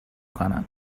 کنن